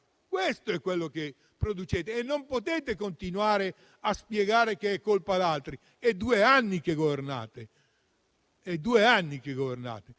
Questo è quello che producete e non potete continuare a spiegare che è colpa di altri, perché sono due anni che governate.